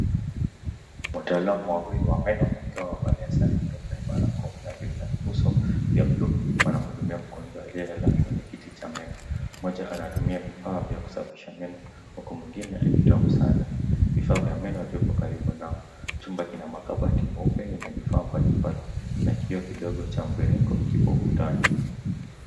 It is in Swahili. watalamu wawili wa meno wakiwa wamevalia sere nyeupe, barakoa na ya buluu wanaudumia mgonjwa aliyelala kwenye kiti cha meno, moja anatumia vifaa vya kusafisha meno huku mwingine akitoa msahada, vifaa vya meno viko karibu nao, chuma kina makabari mweupe yenye vifaa mbali mbali kio kidogo cha mviringo kiko ukutani.